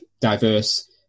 diverse